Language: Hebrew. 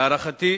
להערכתי,